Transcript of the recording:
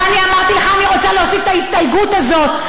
ואני אמרתי לך: אני רוצה להוסיף את ההסתייגות הזאת,